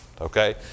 Okay